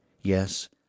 Yes